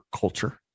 culture